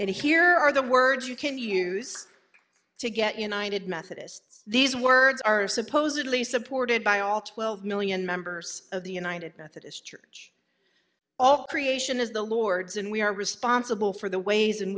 and here are the words you can use to get united methodist so these words are supposedly supported by all twelve million members of the united methodist church all creation is the lord's and we are responsible for the ways in